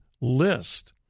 list